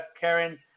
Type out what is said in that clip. Karen